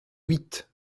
huit